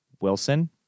Wilson